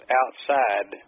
outside